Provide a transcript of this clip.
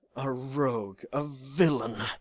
a rogue, a villain,